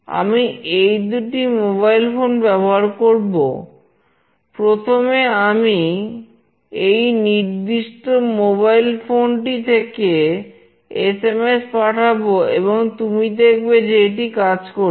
আমি এই দুটি মোবাইল ফোন পাঠাবো এবং তুমি দেখবে যে এটি কাজ করছে